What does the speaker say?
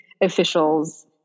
officials